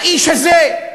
האיש הזה,